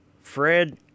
Fred